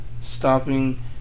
stopping